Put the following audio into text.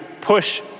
push